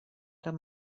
amb